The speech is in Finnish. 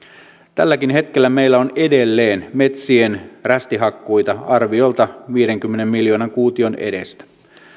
tälläkin hetkellä meillä on edelleen metsien rästihakkuita arviolta viidenkymmenen miljoonan kuution edestä